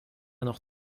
noch